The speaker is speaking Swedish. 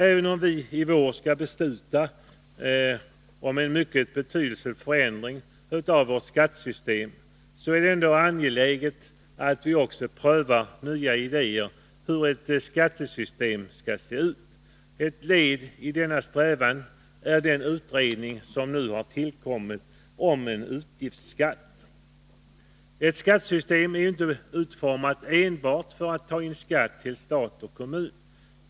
Även om vi nu i vår skall besluta om en mycket betydelsefull förändring av vårt skattesystem, är det ändå angeläget att vi prövar nya idéer för hur ett skattesystem skall se ut. Ett led i denna strävan är den utredning som nu har tillkommit om en utgiftsskatt. Ett skattesystem är ju inte utformat enbart för att ta in skatt till stat och kommun.